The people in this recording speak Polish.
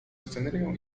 scenerią